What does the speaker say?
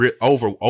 over